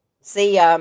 see